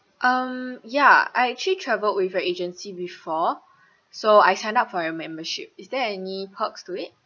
um ya I actually travelled with your agency before so I signed up for your membership is there any perks to it